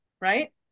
right